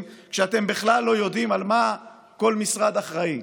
שאתם בכלל לא יודעים על מה כל משרד אחראי,